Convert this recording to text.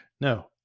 No